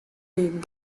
riden